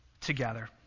together